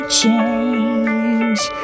change